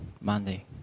Monday